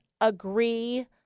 agree